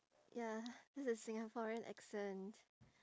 ya this is singaporean accent